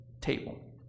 table